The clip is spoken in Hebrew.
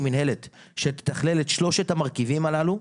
מנהלת שתתכלל את שלושת המרכיבים הללו,